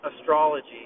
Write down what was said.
astrology